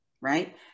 right